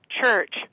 church